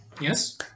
Yes